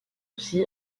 aussi